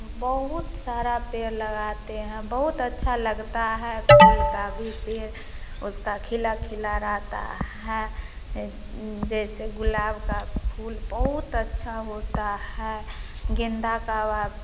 बहुत सारा पेड़ लगाते हैं बहुत अच्छा लगता है फूल का भी पेड़ उसका खिला खिला रहता है जैसे गुलाब का फूल बहुत अच्छा होता है गेंदा का